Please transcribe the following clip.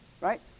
Right